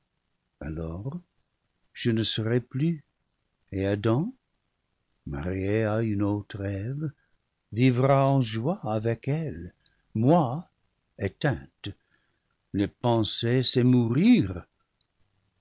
alors je ne serai plus et adam marié à une autre eve vivra en joie avec elle moi éteinte le penser c'est mourir